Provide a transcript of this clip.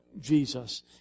Jesus